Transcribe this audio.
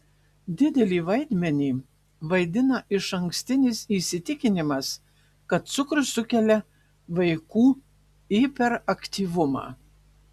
didelį vaidmenį vaidina išankstinis įsitikinimas kad cukrus sukelia vaikų hiperaktyvumą